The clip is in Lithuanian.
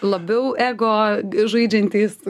labiau ego žaidžiantys